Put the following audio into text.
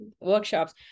workshops